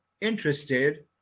interested